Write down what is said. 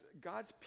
God's